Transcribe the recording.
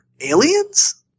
aliens